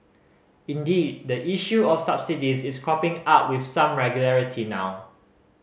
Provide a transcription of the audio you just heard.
indeed the issue of subsidies is cropping up with some regularity now